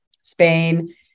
spain